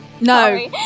No